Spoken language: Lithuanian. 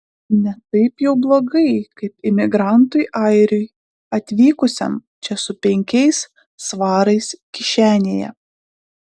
ne taip jau blogai kaip imigrantui airiui atvykusiam čia su penkiais svarais kišenėje